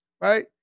right